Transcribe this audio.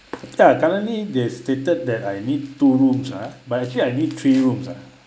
ya currently they stated that I need two rooms ah but actually I need three rooms ah